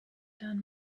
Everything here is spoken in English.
down